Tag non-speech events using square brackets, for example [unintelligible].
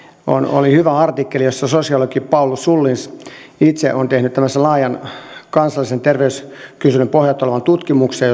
oli hyvä artikkeli jossa sosiologi paul sullins itse on tehnyt laajan kansallisen terveyskyselyn pohjalta tutkimuksen [unintelligible]